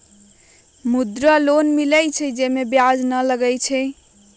मुद्रा लोन मिलहई जे में ब्याज न लगहई?